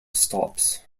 stops